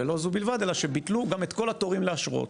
ולא זו בלבד, אלא שגם ביטלו את כל התורים לאשרות.